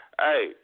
Hey